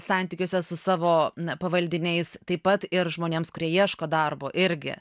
santykiuose su savo pavaldiniais taip pat ir žmonėms kurie ieško darbo irgi